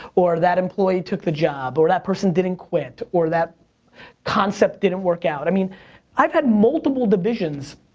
or that employee took the job, or that person didn't quit, or that concept didn't work out, i mean i've had multiple divisions,